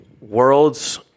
world's